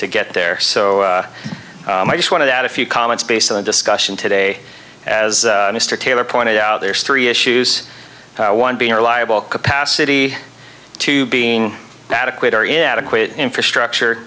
to get there so i just want to add a few comments based on the discussion today as mr taylor pointed out there's three issues one being reliable capacity to being adequate or inadequate infrastructure